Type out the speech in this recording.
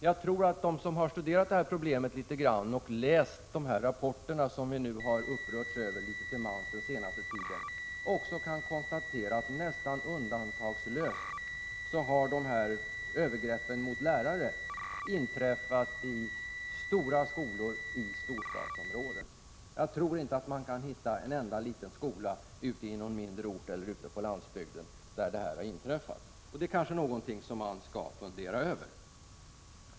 Jag tror att de som studerat problemet och som läst de rapporter som vi litet till mans har upprörts över den senaste tiden också kan konstatera att övergreppen mot lärare nästan undantagslöst har inträffat i stora skolor i storstadsområden. Jag tror inte att man kan hitta en enda liten skola på någon mindre ort eller ute på landsbygden där sådana övergrepp har inträffat. Det är kanske någonting som vi skall fundera över.